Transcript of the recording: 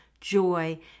joy